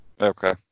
Okay